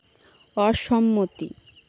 অসম্মতি